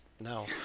no